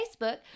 Facebook